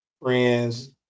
friends